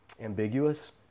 ambiguous